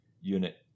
unit